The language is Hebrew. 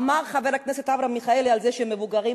אמר חבר הכנסת אברהם מיכאלי על זה שהם מבוגרים.